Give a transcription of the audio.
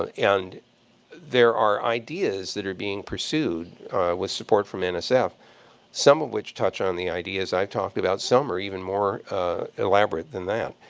ah and there are ideas that are being pursued with support from and so nsf, some of which touch on the ideas i've talked about. some are even more elaborate than that.